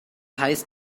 heißt